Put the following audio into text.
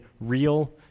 real